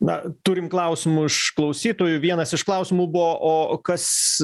na turim klausimų iš klausytojų vienas iš klausimų buvo o kas